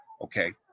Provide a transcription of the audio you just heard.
Okay